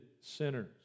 sinners